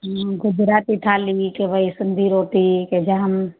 गुजराती थाली हीअ त भई सिंधी रोटी के जाम